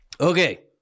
Okay